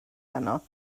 heno